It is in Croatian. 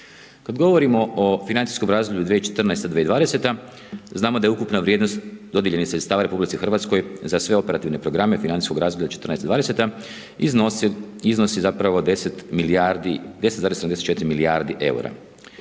Kada govorimo o financijskom razdoblju 2014.-2020. znamo da je ukupna vrijednost dodijeljenih sredstava RH za sve operativne programe financijskog razdoblja '14.-'20. iznosi 10 milijardi 10,74 milijardi eura.